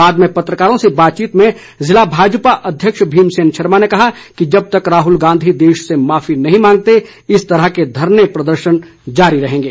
बाद में पत्रकारों से बातचीत में जिला भाजपा अध्यक्ष भीमसेन शर्मा ने कहा कि जब तक राहुल गांधी देश से माफी नहीं मांगते इस तरह के धरने प्रदर्शन जारी रहेंगे